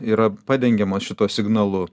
yra padengiamos šitos signalu